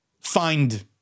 find